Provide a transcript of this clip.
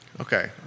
Okay